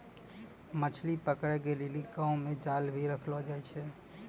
मछली पकड़े के लेली गांव मे जाल भी रखलो जाए छै